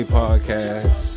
podcast